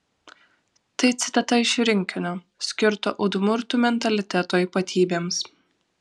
tai citata iš rinkinio skirto udmurtų mentaliteto ypatybėms